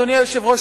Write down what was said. אדוני היושב-ראש,